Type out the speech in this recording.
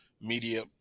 media